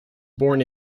born